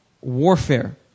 warfare